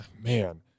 Man